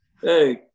Hey